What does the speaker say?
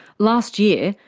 last year,